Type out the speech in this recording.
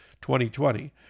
2020